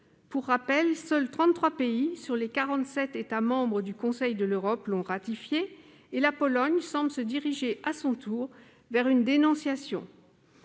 Pour rappel, seuls trente-trois pays sur les quarante-sept États membres du Conseil de l'Europe l'ont ratifiée, et la Pologne semble se diriger à son tour vers une dénonciation.